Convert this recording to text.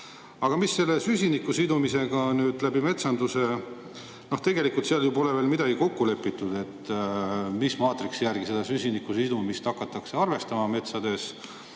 Aga mis selle süsiniku sidumisega metsanduses on? Noh, tegelikult seal pole ju veel kokku lepitud, mis maatriksi järgi seda süsiniku sidumist hakatakse arvestama metsades.